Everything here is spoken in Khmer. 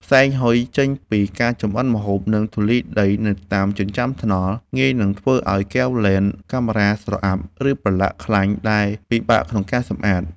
ផ្សែងហុយចេញពីការចម្អិនម្ហូប និងធូលីដីនៅតាមចិញ្ចើមថ្នល់ ងាយនឹងធ្វើឱ្យកែវលែនកាមេរ៉ាស្រអាប់ ឬប្រឡាក់ខ្លាញ់ដែលពិបាកក្នុងការសម្អាត។